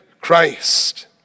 Christ